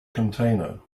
container